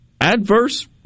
adverse